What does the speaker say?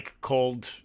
cold